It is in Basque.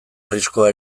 arriskua